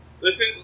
Listen